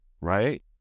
right